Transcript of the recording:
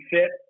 Fit